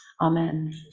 amen